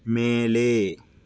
மேலே